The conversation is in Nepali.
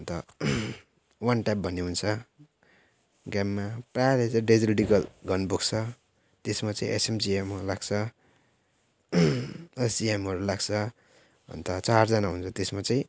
अन्त वान टाइप भन्ने हुन्छ गेममा प्रायःले चाहिँ डेजलटिकल गन बोक्छ त्यसमा चाहिँ एसएमजिएम लाग्छ एसजिएमहरू लाग्छ अन्त चारजना हुन्छ त्यसमा चाहिँ